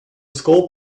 skull